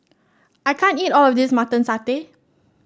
I can't eat all of this Mutton Satay